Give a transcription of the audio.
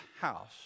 house